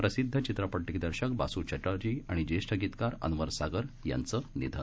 प्रसिद्ध चित्रपट दिग्दर्शक बास् चॅटर्जी आणि ज्येष्ठ गीतकार अन्वर सागर यांचं निधन